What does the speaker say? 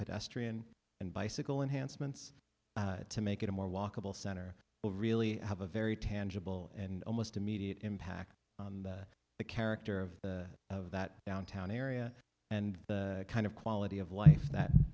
pedestrian and bicycle enhanced mints to make it a more walkable center will really have a very tangible and almost immediate impact on the character of the of that downtown area and the kind of quality of life that